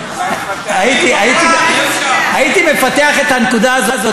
הייתי מפתח את הנקודה הזאת,